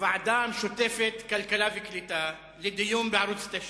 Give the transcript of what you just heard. הוועדה המשותפת לכלכלה ולקליטה לדיון בערוץ-9.